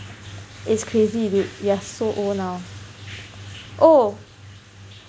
is crazy dude we're so old now oh